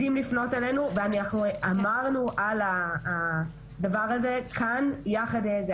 יודעים לפנות אלינו ואנחנו עדכנו אותם על העניין הזה כאן יחד בדיון.